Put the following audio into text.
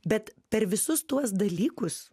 bet per visus tuos dalykus